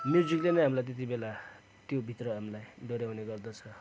म्युजिकले नै हामीलाई त्यति बेला त्यो भित्र हामीलाई डोहोर्याउँने गर्दछ